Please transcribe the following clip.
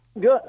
Good